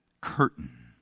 curtain